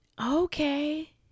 Okay